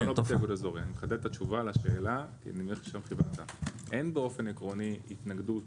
אז אני מחדד את התשובה לשאלה: אין באופן עקרוני התנגדות